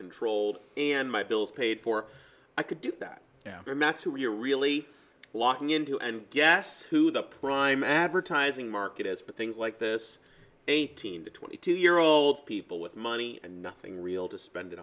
controlled and my bills paid for i could do that now and that's who you're really locking into and guess who the prime advertising market is for things like this eighteen to twenty two year old people with money and nothing real to spend it